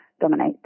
dominate